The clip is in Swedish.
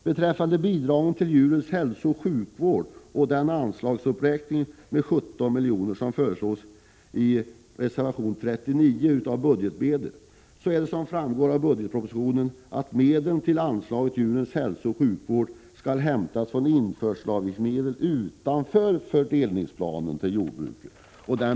Beträffande bidrag till djurens hälsooch sjukvård och den anslagsuppräkning med 17 milj.kr., finansierad genom budgetmedel, som föreslås i reservation 39 framgår det av budgetpropositionen att anslag till djurens hälsooch sjukvård skall hämtas från införselavgiftsmedel utanför fördelningsplanen för jordbruksprisregleringen.